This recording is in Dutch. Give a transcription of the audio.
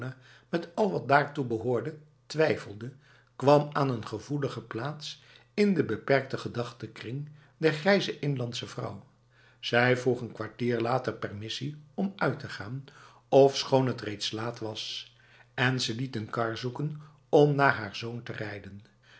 met al wat daartoe behoorde twijfelde kwam aan een gevoelige plaats in de beperkte gedachtekring der grijze inlandse vrouw zij vroeg n kwartier later permissie om uit te gaan ofschoon het reeds laat was en ze liet een kar zoeken om naar haar zoon te rijden